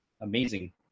amazing